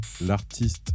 L'artiste